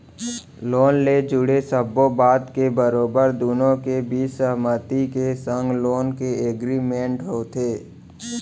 loan ले जुड़े सब्बो बात के बरोबर दुनो के बीच सहमति के संग लोन के एग्रीमेंट होथे